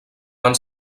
van